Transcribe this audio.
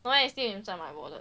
the money is still inside my wallet